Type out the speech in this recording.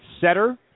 setter